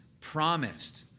promised